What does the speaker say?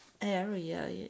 Area